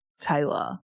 Taylor